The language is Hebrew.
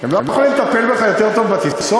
לא יכולים לטפל בך יותר טוב בטיסות?